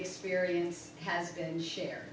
experience has been share